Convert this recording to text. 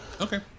Okay